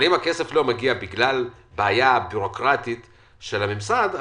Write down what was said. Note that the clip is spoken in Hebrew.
אם הכסף לא מגיע בגלל בעיה בירוקרטית של הממסד,